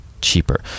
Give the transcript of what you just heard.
cheaper